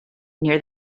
near